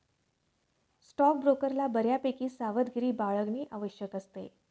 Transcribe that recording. स्टॉकब्रोकरला बऱ्यापैकी सावधगिरी बाळगणे आवश्यक असते